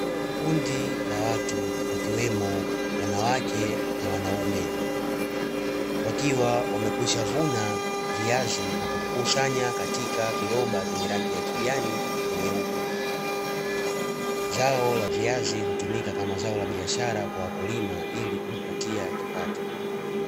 Kundi la watu wakiwemo wanawake na wanaume, wakiwa wamekwisha vuna viazi na kuvikusanya katika viroba vyenye rangi kijani na nyeupe. Zao la viazi hutumika kama zao la biashara kwa wakulima ili kujipatia kipato.